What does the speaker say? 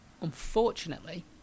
Unfortunately